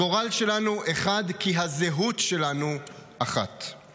הגורל שלנו אחד, כי הזהות שלנו אחת.